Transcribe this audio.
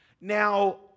Now